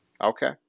Okay